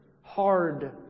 hard